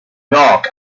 york